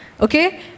okay